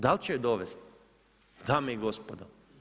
Dal će ju dovesti, dame i gospodo.